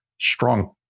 strong